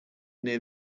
near